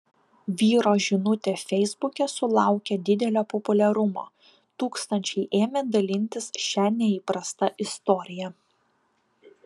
vyro žinutė feisbuke sulaukė didelio populiarumo tūkstančiai ėmė dalintis šia neįprasta istorija